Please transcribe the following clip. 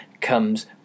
comes